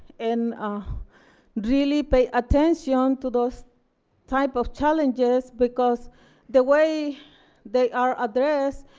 and ah really pay attention to those type of challenges because the way they are addressed,